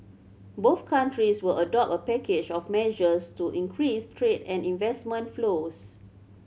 both countries will adopt a package of measures to increase trade and investment flows